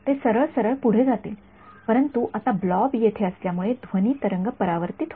हे सरळ आणि सरळ पुढे जातील परंतु आता ब्लॉब येथे असल्यामुळे ध्वनी तरंग परावर्तित होते